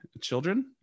children